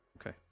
Okay